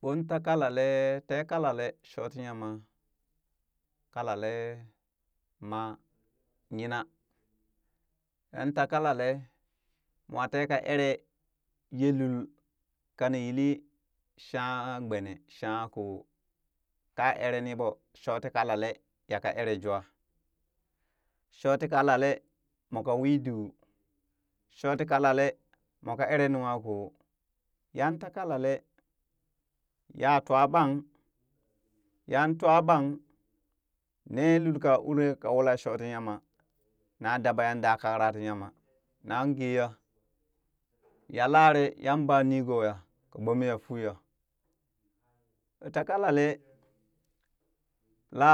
Boon takalale tekalale shooti yama kalale maa nyina yan ta kalale, moo tee ka ere yee lul kani yilli shangha gbenee shangha koo kaa ere niɓoo shooti kalale yaka ereejwa. Shooti kalale mooka widuu, shooti kalale moo ka eree nungha ko, yan taa kalale ya twaɓan yan twaɓan nee lul kaa uri kaa wula shooti yama na dabayan da kakra ti yama nan geeya yalare yan baa nigooya ka gbomeya fuu ya ɓoo taa kalale la